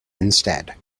instead